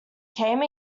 came